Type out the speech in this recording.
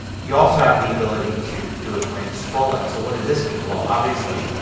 you also have the ability to do it when scrolling. so what does this mean? well, obviously,